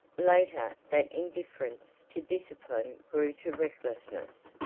later that indifference to discipline grew to recklessness,